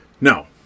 No